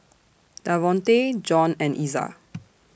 Davonte John and Iza